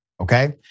okay